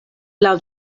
laŭ